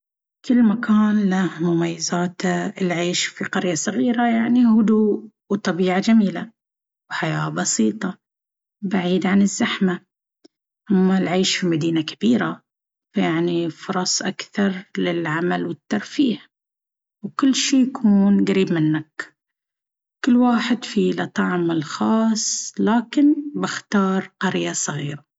كل مكان له مميزاته! العيش في قرية صغيرة يعني هدوء وطبيعة جميلة، وحياة بسيطة بعيد عن الزحمة. أما العيش في مدينة كبيرة، فيعني فرص أكثر للعمل والترفيه، وكل شيء يكون قريب منك. كل واحد فيهم له طعمه الخاص! لكن باختار قرية صغيرة.